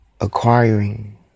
Acquiring